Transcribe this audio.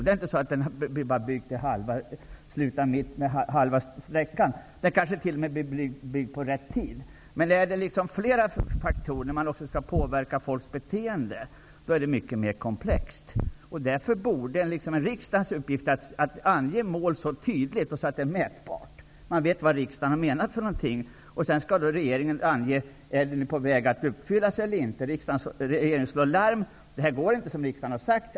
Det blir inte så att bron slutar på halva sträckan. Den kanske t.o.m. blir byggd inom rätt tid. Men det är mycket mer komplext om flera faktorer skall innefattas, om folks beteende skall påverkas. Det borde vara riksdagens uppgift att ange tydliga mål som är mätbara, så att det framgår vad riksdagen har menat. Sedan skall regeringen ange om målen är på väg att uppfyllas eller inte. Regeringen skall slå larm när det inte går som riksdagen har sagt.